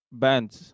bands